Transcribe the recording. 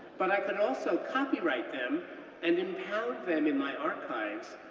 but i could also copyright them and impound them in my archives,